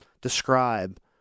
describe